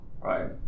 right